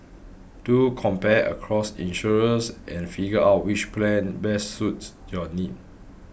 do compare across insurers and figure out which plan best suits your needs